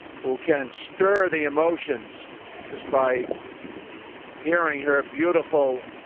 who can stir the emotions just by hearing her ah beautiful,